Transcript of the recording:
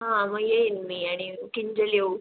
हां मग येईन मी आणि किंजल येऊ